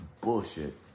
bullshit